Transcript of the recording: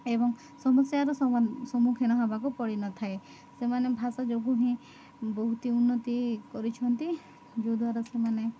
ଏବଂ ସମସ୍ୟାର ସମ୍ମୁଖୀନ ହେବାକୁ ପଡ଼ିନଥାଏ ସେମାନେ ଭାଷା ଯୋଗୁଁ ହିଁ ବହୁତ ହି ଉନ୍ନତି କରିଛନ୍ତି ଯେଉଁଦ୍ୱାରା ସେମାନେ